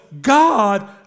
God